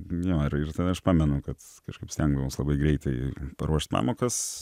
net ir tada aš pamenu kad kažkaip stengdavausi labai greitai paruošt pamokas